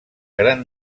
gran